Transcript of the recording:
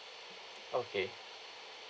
okay